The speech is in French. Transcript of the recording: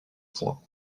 points